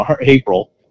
April